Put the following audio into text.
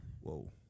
Whoa